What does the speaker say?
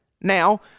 Now